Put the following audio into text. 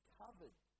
covered